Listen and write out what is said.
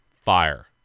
fire